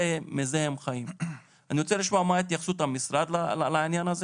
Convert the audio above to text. אני רוצה לשמוע מה התייחסות המשרד לדבר.